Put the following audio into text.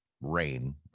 rain